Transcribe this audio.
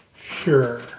Sure